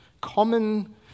common